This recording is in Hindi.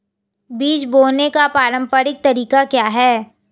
बीज बोने का पारंपरिक तरीका क्या है?